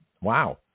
Wow